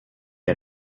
der